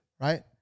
right